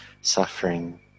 suffering